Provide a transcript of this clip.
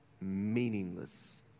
meaningless